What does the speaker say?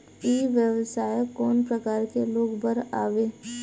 ई व्यवसाय कोन प्रकार के लोग बर आवे?